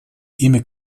имя